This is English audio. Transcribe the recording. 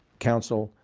counsel,